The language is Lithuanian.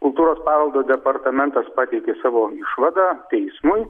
kultūros paveldo departamentas pateikė savo išvadą teismui